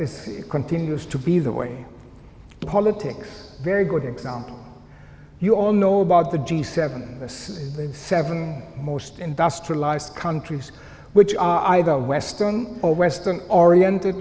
this continues to be the way politics very good example you all know about the g seven the seven most industrialized countries which are either western or western oriented